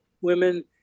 women